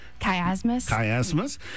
Chiasmus